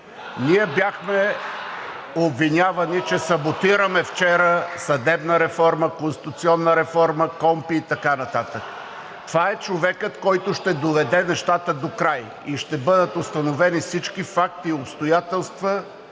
Ние бяхме обвинявани вчера, че саботираме съдебна реформа, конституционна реформа, КПКОНПИ и така нататък. Това е човекът, който ще доведе нещата докрай и ще бъдат установени всички факти и обстоятелства,